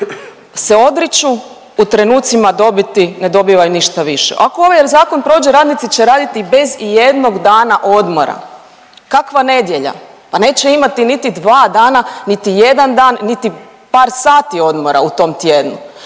se odriču u trenucima dobiti ne dobivaju ništa više. Ako ovaj zakon prođe radnici će raditi bez ijednog dana odmora. Kakva nedjelja? Pa neće imati niti dva dana niti jedan dan niti par sati odmora u tom tjednu